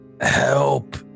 help